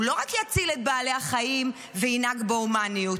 הוא לא רק יציל את בעלי החיים וינהג בהומניות,